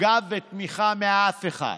גב ותמיכה מאף אחד.